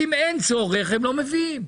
אם אין צורך הם לא מביאים.